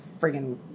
friggin